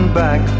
back